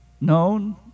known